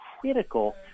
critical